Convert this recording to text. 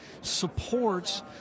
supports